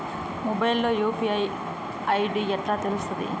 Mobile లో UPI ID ఎట్లా తెలుస్తది?